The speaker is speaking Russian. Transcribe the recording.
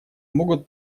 могут